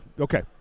Okay